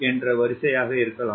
8 வரிசையாக இருக்கலாம்